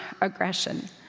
aggression